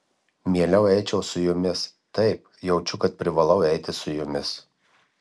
mieliau eičiau su jumis taip jaučiu kad privalau eiti su jumis